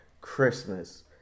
Christmas